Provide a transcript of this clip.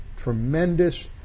tremendous